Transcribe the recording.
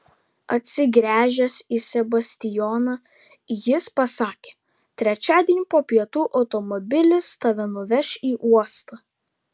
atsigręžęs į sebastijoną jis pasakė trečiadienį po pietų automobilis tave nuveš į uostą